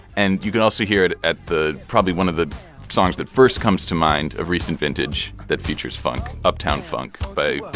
and you can also hear it at the probably one of the songs that first comes to mind of recent vintage that features funk, uptown funk by